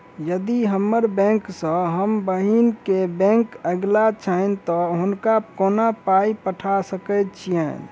यदि हम्मर बैंक सँ हम बहिन केँ बैंक अगिला छैन तऽ हुनका कोना पाई पठा सकैत छीयैन?